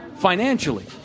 financially